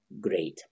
great